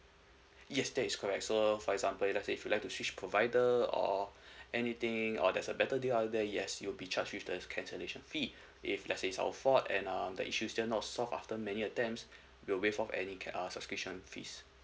yes that is correct so for example if let's say if you would like to switch provider or anything or there's a better deal out there yes you'll be charged with the cancellation fee if let's say it's our fault and um the issues just not solve after many attempts we'll waive off any ca~ uh subscription fees